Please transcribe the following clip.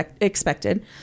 expected